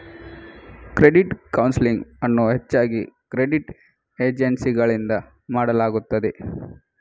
credit counselling ಅನ್ನು ಹೆಚ್ಚಾಗಿ credit ಏಜೆನ್ಸಿಗಳಿಂದ ಮಾಡಲಾಗುತ್ತದೆ